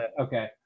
Okay